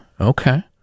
Okay